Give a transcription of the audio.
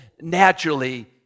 naturally